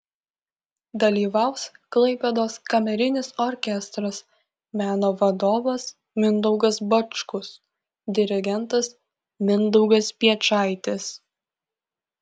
dalyvaus klaipėdos kamerinis orkestras meno vadovas mindaugas bačkus dirigentas mindaugas piečaitis